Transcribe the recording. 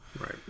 Right